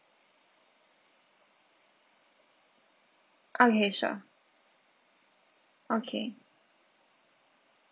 okay sure okay